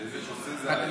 על איזה נושא זה,